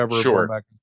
Sure